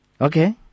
Okay